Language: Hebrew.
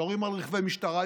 יורים על רכבי משטרה,